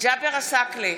ג'אבר עסאקלה,